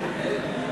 נתקבל.